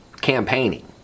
campaigning